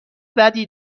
بدی